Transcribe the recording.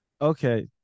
Okay